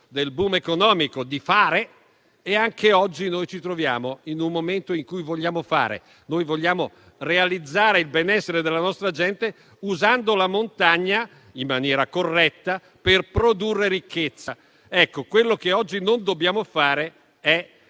del *boom* economico, di fare. Anche oggi noi ci troviamo in un momento in cui vogliamo fare: vogliamo realizzare il benessere della nostra gente usando la montagna, in maniera corretta, per produrre ricchezza. Ecco, quello che oggi non dobbiamo fare è